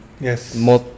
Yes